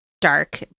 dark